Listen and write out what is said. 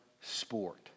sport